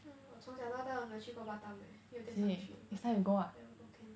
hmm 我从小到大没有去过 batam 没有在上去 but never go can